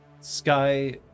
Sky